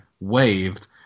waved